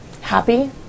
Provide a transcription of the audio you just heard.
Happy